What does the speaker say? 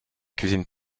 cuisine